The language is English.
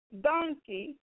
donkey